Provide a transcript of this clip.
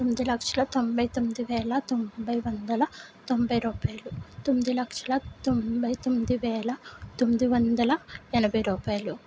తొమ్మిది లక్షల తొంభై తొమ్మిది వేల తొంభై వందల తొంభై రూపాయలు తొమ్మిది లక్షల తొంభై తొమ్మిది వేల తొమ్మిది వందల ఎనభై రూపాయలు